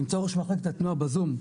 נמצא ראש מחלקת התנועה בזום,